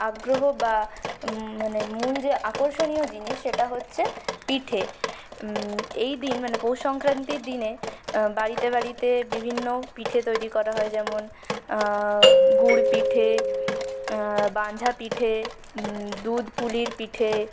আগ্রহ বা মানে মূল যে আকর্ষণীয় জিনিস সেটা হচ্ছে পিঠে এই দিন মানে পৌষ সংক্রান্তির দিনে বাড়িতে বাড়িতে বিভিন্ন পিঠে তৈরি করা হয় যেমন গুড় পিঠে বাঞ্ঝা পিঠে দুধপুলির পিঠে